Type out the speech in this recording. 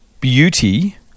beauty